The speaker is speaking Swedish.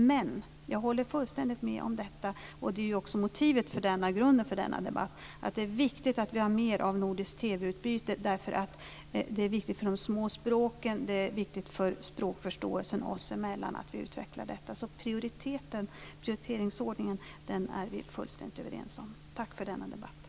Men jag håller fullständigt med om - och det är ju också grunden för denna debatt - att det är viktigt att vi har mer av nordiskt TV-utbyte. Det är viktigt för de små språken och för språkförståelsen oss emellan. Prioriteringsordningen är vi fullständigt överens om. Tack för denna debatt.